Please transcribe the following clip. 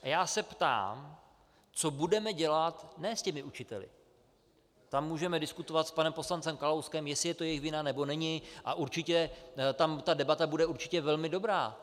Ptám se, co budeme dělat ne s těmi učiteli, tam můžeme diskutovat s panem poslancem Kalouskem, jestli je to jejich vina, nebo není, a určitě tam ta debata bude velmi dobrá.